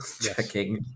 checking